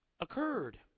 occurred